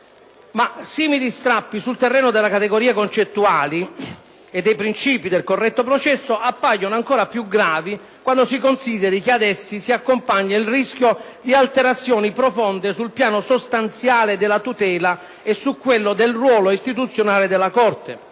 Ma simili strappi sul terreno delle categorie concettuali e dei principi del corretto processo appaiono ancora piugravi quando si consideri che ad essi si accompagna il rischio di alterazioni profonde sul piano sostanziale della tutela e su quello del ruolo istituzionale della Corte.